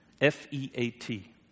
F-E-A-T